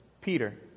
Peter